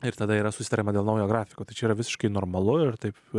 ir tada yra susitariama dėl naujo grafiko tačiau yra visiškai normalu ir taip